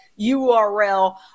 URL